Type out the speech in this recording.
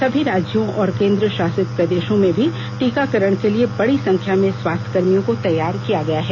सभी राज्यों और केंद्र शासित प्रदेशों में भी टीकाकरण के लिए बड़ी संख्या में स्वास्थ्यकर्मियों को तैयार किया गया है